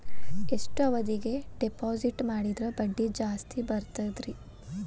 ಎಷ್ಟು ಅವಧಿಗೆ ಡಿಪಾಜಿಟ್ ಮಾಡಿದ್ರ ಬಡ್ಡಿ ಜಾಸ್ತಿ ಬರ್ತದ್ರಿ?